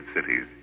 cities